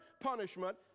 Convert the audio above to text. punishment